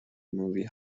movie